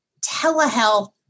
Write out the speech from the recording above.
telehealth